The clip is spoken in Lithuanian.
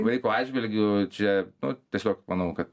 laiko atžvilgiu čia nu tiesiog manau kad